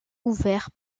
ouverts